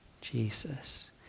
jesus